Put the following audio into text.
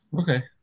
Okay